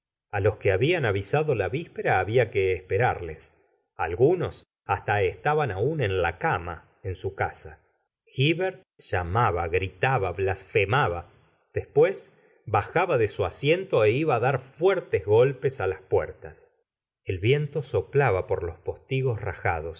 a los que habían avisado la víspera habia que esperarle